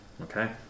Okay